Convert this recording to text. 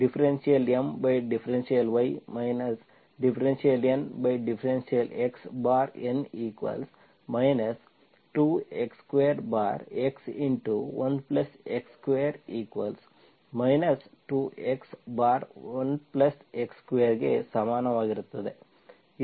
ಇದು ∂M∂y ∂N∂xN 2x2x1x2 2 x1x2 ಗೆ ಸಮನಾಗಿರುತ್ತದೆ ಇದು x ನ ಕಾರ್ಯವಾಗಿದೆ